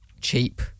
Cheap